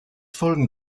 folgen